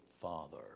father